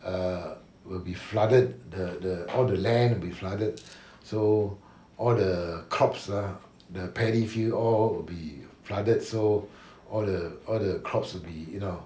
err will be flooded the the all the land will be flooded so all the crops ah the paddy field all will be flooded so all the all the crops will be you know